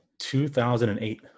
2008